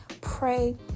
pray